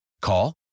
Call